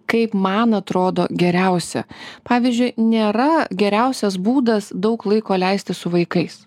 kaip man atrodo geriausia pavyzdžiui nėra geriausias būdas daug laiko leisti su vaikais